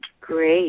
Great